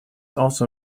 also